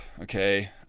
okay